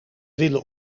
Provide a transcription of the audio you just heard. willen